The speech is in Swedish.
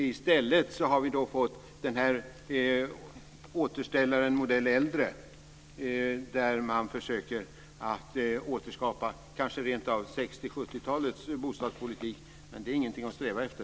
I stället har vi fått återställaren modell äldre där man kanske rentav försöker att återskapa 60 och 70-talets bostadspolitik. Men det är ingenting att sträva efter.